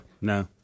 No